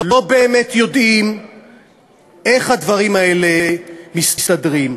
לא באמת יודעים איך הדברים האלה מסתדרים,